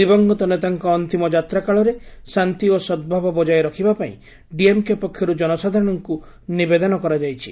ଦିବଂଗତ ନେତାଙ୍କ ଅନ୍ତିମ ଯାତ୍ରା କାଳରେ ଶାନ୍ତି ଓ ସଦ୍ଭାବ ବଜାୟ ରଖିବାପାଇଁ ଡିଏମ୍କେ ପକ୍ଷରୁ ଜନସାଧାରଣଙ୍କୁ ନିବେଦନ କରାଯାଇଛି